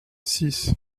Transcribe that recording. six